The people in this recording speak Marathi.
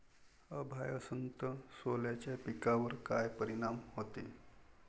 अभाळ असन तं सोल्याच्या पिकावर काय परिनाम व्हते?